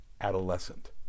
adolescent